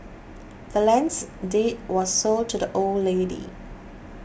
the land's deed was sold to the old lady